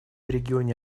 регионе